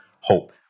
hope